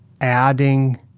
adding